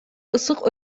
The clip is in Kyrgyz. ысык